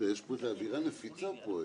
יש פה אווירה נפיצה.